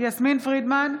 יסמין פרידמן,